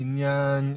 בניין,